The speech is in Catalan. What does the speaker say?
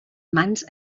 mans